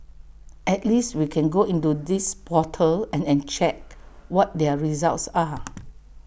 at least we can go into this portal and and check what their results are